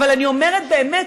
אבל אני אומרת: באמת,